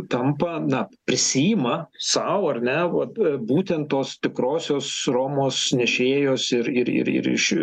tampa na prisiima sau ar ne vat būtent tos tikrosios romos nešėjos ir ir ir iš